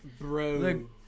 bro